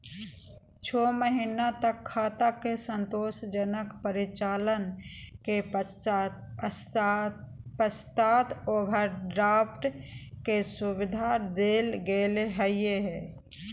छो महीना तक खाता के संतोषजनक परिचालन के पश्चात ओवरड्राफ्ट के सुविधा देल गेलय हइ